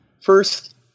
first